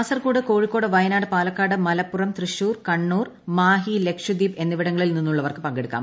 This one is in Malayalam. കാസർഗോഡ് കോഴിക്കോട് വയനാട് പ്പാലക്കാട് മലപ്പുറം തൃശൂർ കണ്ണൂർ മാഹി ലക്ഷദ്വീപ് എന്നീ്പിടങ്ങളിൽ നിന്നുള്ളവർക്ക് പങ്കെടുക്കാം